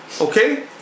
Okay